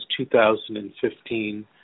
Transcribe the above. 2015